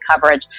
coverage